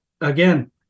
Again